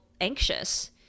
anxious